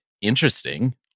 interesting